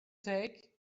take